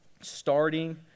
starting